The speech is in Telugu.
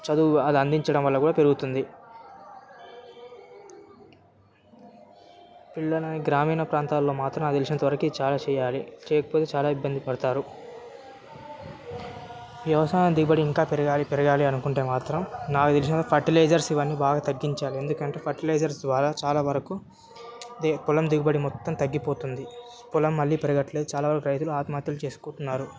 చదువు అది అందించడం వల్ల కూడా పెరుగుతుంది పిల్లలని గ్రామీణ ప్రాంతాల్లో మాత్రం నాకు తెలిసినంతవరకి చాలా చేయాలి చేయకపోతే చాలా ఇబ్బంది పడతారు వ్యవసాయం దిగుబడి ఇంకా పెరగాలి పెరగాలి అనుకుంటే మాత్రం నాకు తెలిసిన ఫర్టిలైజర్స్ ఇవన్నీ బాగా తగ్గించాలి ఎందుకంటే ఫర్టిలైజర్స్ ద్వారా చాలా వరకు పొలం దిగుబడి మొత్తం తగ్గిపోతుంది పొలం మళ్ళీ పెరగట్లేదు చాలావరకు రైతులు ఆత్మహత్యలు చేసుకుంటున్నారు